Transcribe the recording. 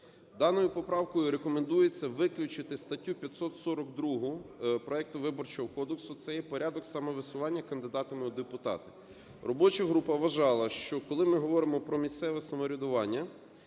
Даною поправкою рекомендується виключити статтю 542 проекту Виборчого кодексу - це є порядок самовисування кандидатами у депутати. Робоча група вважала, що коли ми говоримо про місцеве самоврядування,